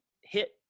hit